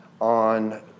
On